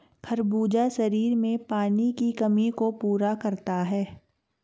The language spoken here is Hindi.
खरबूजा शरीर में पानी की कमी को पूरा करता है